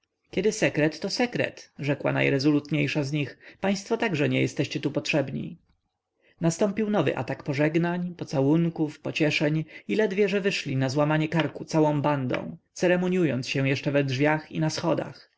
kiedy sekret to sekret rzekła najrezolutniejsza z nich państwo także nie jesteście tu potrzebni nastąpił nowy atak pożegnań pocałunków pocieszeń i ledwie że wyszli na złamanie karku całą bandą ceremoniując się jeszcze we drzwiach i na schodach